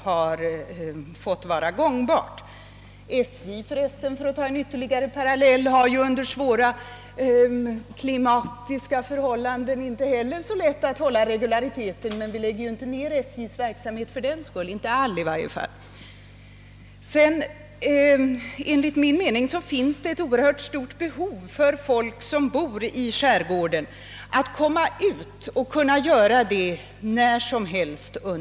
För att dra ytterligare en parallell, har inte heller SJ under svåra klimatiska förhållanden haft så lätt att upprätthålla regulariteten. Men vi lägger inte fördenskull ned SJ:s verksamhet, åtminstone inte helt. Enligt min mening har människor som bor i skärgården ett oerhört stort behov av att komma dit ut eller därifrån vilken tid på året som helst.